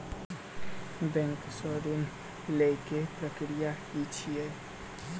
Bank सऽ ऋण लेय केँ प्रक्रिया की छीयै?